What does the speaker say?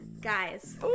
guys